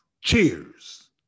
Cheers